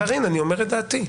אני אומר את דעתי.